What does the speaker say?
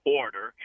order